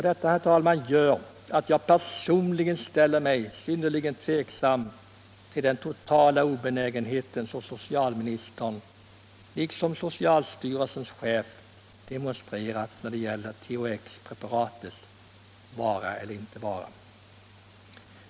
Detta, herr talman, gör att jag personligen ställer mig synnerligen tveksam till den totala obenägenhet som socialministern liksom socialstyrelsens chef demonstrerar när det gäller THX-preparatets vara eller inte vara.